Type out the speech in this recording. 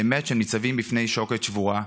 באמת הם ניצבים בפני שוקת שבורה.